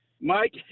Mike